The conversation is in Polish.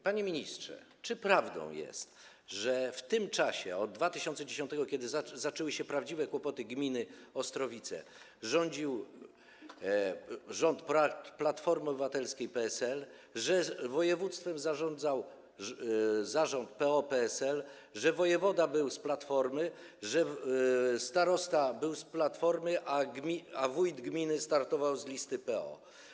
Panie ministrze, czy prawdą jest, że w tym czasie od 2010 r., kiedy zaczęły się prawdziwe kłopoty gminy Ostrowice, rządził rząd Platformy Obywatelskiej i PSL, województwem zarządzał zarząd PO-PSL, wojewoda był z Platformy, starosta był z Platformy, a wójt gminy startował z listy PO?